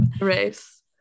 race